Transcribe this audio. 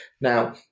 Now